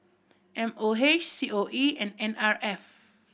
M O H C O E and N R F